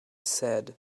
said